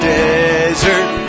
desert